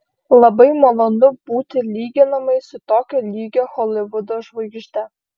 labai malonu būti lyginamai su tokio lygio holivudo žvaigžde